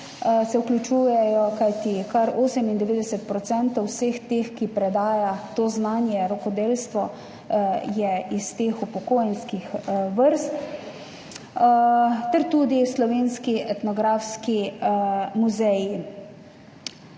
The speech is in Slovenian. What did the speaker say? se vključujejo, kajti kar 98 % vseh, ki predajajo znanje rokodelstva, je iz upokojenskih vrst, ter tudi Slovenski etnografski muzej.